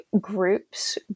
groups